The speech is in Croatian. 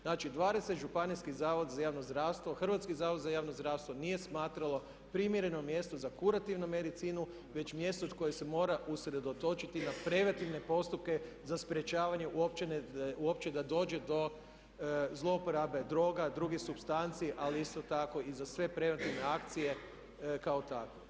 Znači, 20 županijskih Zavoda za javno zdravstvo, Hrvatski zavod za javno zdravstvo nije smatralo primjereno mjesto za kurativnu medicinu već mjesto koje se mora usredotočiti na preventivne postupke za sprječavanje uopće da dođe do zlouporabe droga, drugih supstanci ali isto tako i za sve preventivne akcije kao takve.